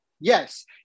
Yes